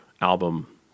album